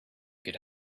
could